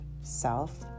self